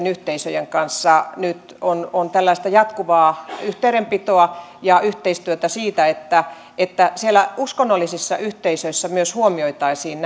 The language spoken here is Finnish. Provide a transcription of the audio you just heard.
yhteisöjen kanssa nyt tällaista jatkuvaa yhteydenpitoa ja yhteistyötä siitä että että siellä uskonnollisissa yhteisöissä myös huomioitaisiin